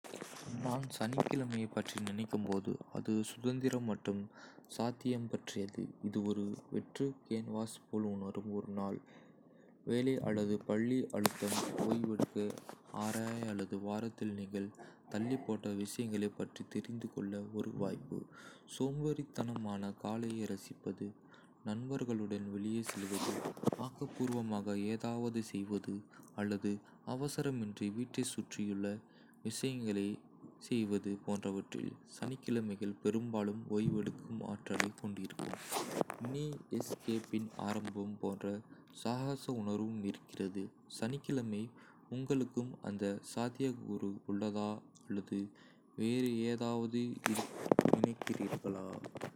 நான் வெள்ளிக்கிழமையை நினைக்கும் போது, வார நாள் அரைப்பிலிருந்து வார இறுதி அதிர்வுக்கு மாறுவதை நான் நினைக்கிறேன். இது விஷயங்களை மூடுவது, மன அழுத்தத்தை விட்டுவிடுவது மற்றும் சில வேலையில்லா நேரம் அல்லது வேடிக்கையை எதிர்பார்ப்பது போன்ற உணர்வு. ஒருவேளை இது நண்பர்களுடன் ஹேங்கவுட் செய்வது, ஒரு நல்ல புத்தகத்தைப் பிடிப்பது அல்லது ஒரு மாலை நேரத்தை அனுபவிப்பது போன்ற யோசனையாக இருக்கலாம். அடுத்தது என்ன என்ற ஒரு சிறிய உற்சாகத்துடன், வாரத்தை கடப்பதற்கான இறுதி உந்துதல் போன்றது இது. நீங்கள் எப்படி இருக்கிறீர்கள்—வெள்ளிக்கிழமைகளில் நீங்கள் எதிர்பார்த்துக்கொண்டிருக்கும் குறிப்பிட்ட ஏதாவது. நீங்கள் வெள்ளிக்கிழமைகளில் ஆன்மீக நடைமுறைகள் அல்லது செயல்பாடுகளை குறிப்பிடுவது போல் தெரிகிறது, இது உலகெங்கிலும் உள்ள பலருக்கு பொதுவானது.